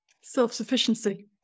self-sufficiency